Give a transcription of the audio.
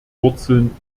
wurzeln